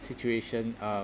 situation uh